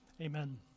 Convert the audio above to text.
Amen